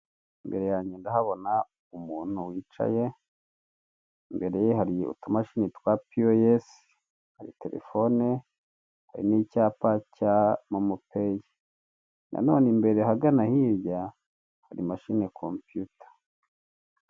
Imbere yange ndahabona umuntu wicaye, imbere ye hari utumashine twa piyoyesi, hari Telefone, hari ni icyapa cya momo peyi, nanone imbere hagana hirya hari mashine kompiyuta.